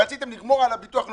רציתם לגמור על הביטוח הלאומי,